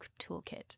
toolkit